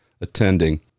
attending